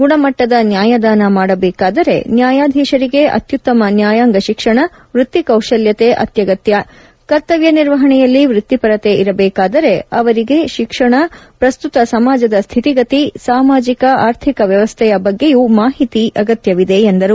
ಗುಣಮಟ್ಟದ ನ್ಯಾಯದಾನ ಮಾಡಬೇಕಾದರೆ ನ್ನಾಯಾಧೀಶರಿಗೆ ಅತ್ಯುತ್ತಮ ನ್ನಾಯಾಂಗ ಶಿಕ್ಷಣ ವೃತ್ತಿ ಕೌಶಲ್ಯತೆ ಅತ್ಯಗತ್ತ ಕರ್ತವ್ಯ ನಿರ್ವಹಣೆಯಲ್ಲಿ ವೃತ್ತಿಪರತೆ ಇರಬೇಕಾದರೆ ಅವರಿಗೆ ಶಿಕ್ಷಣ ಪ್ರಸ್ತುತ ಸಮಾಜದ ಸ್ವಿತಿಗತಿ ಸಾಮಾಜಿಕ ಆರ್ಥಿಕ ಮ್ಯವಸ್ಥೆಯ ಬಗ್ಗೆಯೂ ಮಾಹಿತಿ ಅಗತ್ನವಿದೆ ಎಂದರು